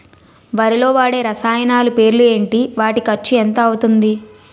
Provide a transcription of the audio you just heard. వరిలో వాడే రసాయనాలు పేర్లు ఏంటి? వాటి ఖర్చు ఎంత అవతుంది?